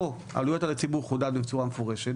פה העלויות על הציבור חודד בצורה מפורשת,